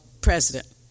president